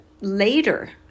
later